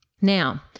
Now